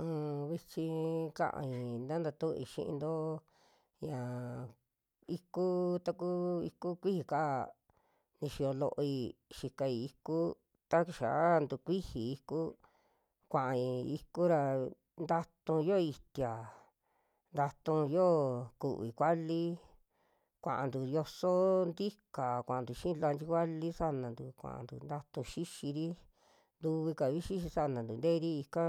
Un vichi kaii na natui xiinto ñaa iku, taku iku kuiji kaa nixiyo looi xikai iku ta kixiaa ntukuiji iku, kuai iku ra ntatuu yoo itia, ntatu yoo kuvi kuali kuantuu yoso ntika kuantu xii lanchi vali sanantu, kuantu ntatu xixiri, ntuvikavi xixi sanantu nteeri ika